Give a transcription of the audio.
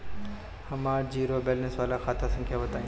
हमर zero balance वाला खाता संख्या बताई?